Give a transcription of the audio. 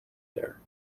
there